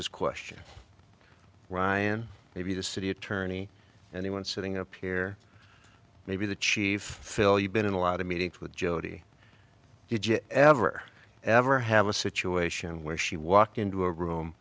this question ryan maybe the city attorney anyone sitting up here maybe the chief phil you've been in a lot of meetings with jodi did you ever ever have a situation where she walked into a room